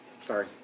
Sorry